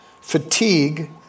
fatigue